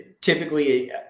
Typically